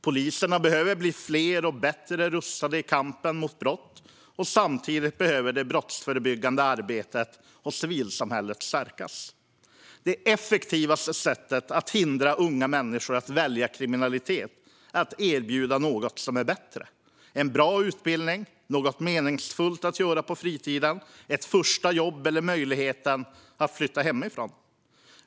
Poliserna behöver bli fler och bättre rustade i kampen mot brott. Samtidigt behöver det brottsförebyggande arbetet och civilsamhället stärkas. Det effektivaste sättet att hindra unga människor att välja kriminalitet är att erbjuda något som är bättre: en bra utbildning, något meningsfullt att göra på fritiden, ett första jobb eller möjlighet att flytta hemifrån.